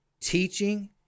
teaching